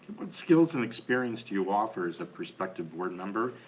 what skills and experience do you offer as a prospective board member,